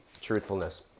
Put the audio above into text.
truthfulness